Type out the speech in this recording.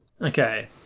Okay